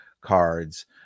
cards